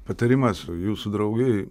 patarimas jūsų draugei